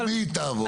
למי היא תעבור?